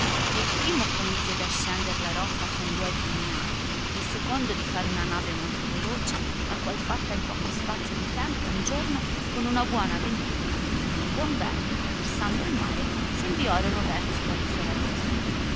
e il primo promise di ascender la rocca con duoi pugnali il secondo di far una nave molto veloce la qual fatta in poco spazio di tempo un giorno con buona ventura e con buon vento traversando il mare s inviorono verso l isola di chio